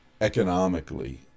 economically